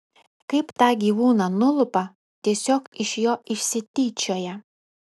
kaip tą gyvūną nulupa tiesiog iš jo išsityčioja